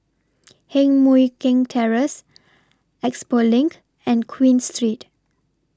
Heng Mui Keng Terrace Expo LINK and Queen Street